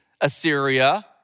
Assyria